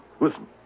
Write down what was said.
listen